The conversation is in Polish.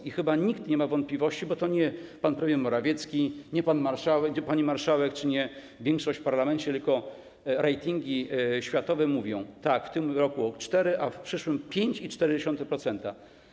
I chyba nikt nie ma wątpliwości, bo to nie pan premier Morawiecki, nie pan marszałek, nie pani marszałek czy nie większość w parlamencie, tylko ratingi światowe mówią: tak, w tym roku o 4%, a w przyszłym - 5,4%.